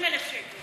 20,000 שקל.